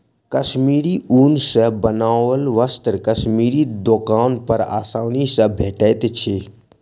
कश्मीरी ऊन सॅ बनाओल वस्त्र कश्मीरी दोकान पर आसानी सॅ भेटैत अछि